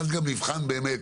ואז גם נבחן באמת.